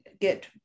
get